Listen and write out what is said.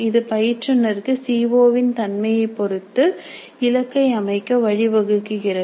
இது பயிற்றுநர்க்கு சி ஒ வின் தன்மையைப் பொறுத்து இலக்கை அமைக்க வழி வகுக்கிறது